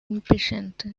impatient